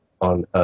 on